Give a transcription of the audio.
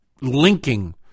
Linking